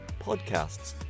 podcasts